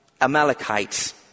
Amalekites